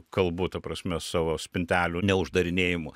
kalbu ta prasme savo spintelių neuždarinėjimu